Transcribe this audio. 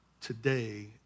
today